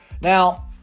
Now